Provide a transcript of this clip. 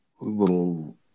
little